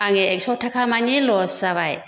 आंनि एकस' ताखा मानि लस जाबाय